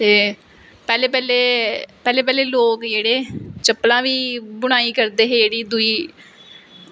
ते पैह्ले पैह्ले लोग जेह्ड़े चप्पलां गी बुनाई करदे हे दूई